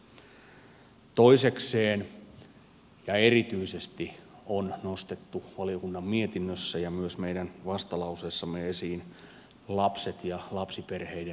toisekseen erityisesti on nostettu valiokunnan mietinnössä ja myös meidän vastalauseessamme esiin lapset ja lapsiperheiden näkökulma